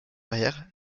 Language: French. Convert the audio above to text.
arrière